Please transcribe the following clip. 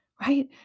right